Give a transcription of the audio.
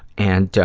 and,